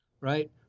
right